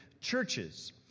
churches